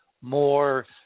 more